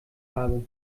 habe